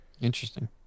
Interesting